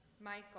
Michael